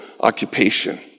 occupation